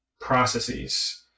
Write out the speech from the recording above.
processes